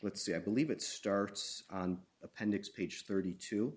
let's see i believe it starts on appendix ph thirty two